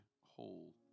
whole